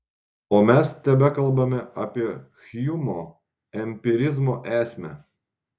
o mes tebekalbame apie hjumo empirizmo esmę